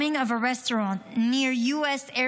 bombing of a restaurant near US Air